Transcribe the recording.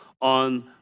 on